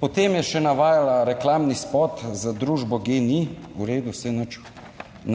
Potem je še navajala reklamni spot za družbo GEN-I. V redu, saj nič